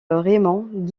raymond